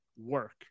work